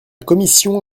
commission